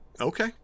Okay